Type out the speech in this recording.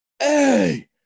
hey